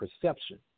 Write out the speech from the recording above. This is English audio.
perception